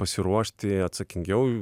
pasiruošti atsakingiau